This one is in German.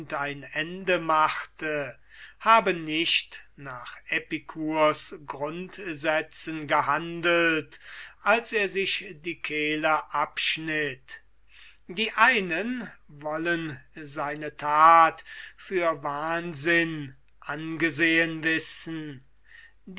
ein ende machte habe nicht nach epikur's grundsätzen gehandelt als er sich die kehle abschnitt die einen wollen seine that für wahnsinn angesehen wissen